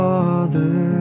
Father